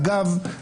אגב,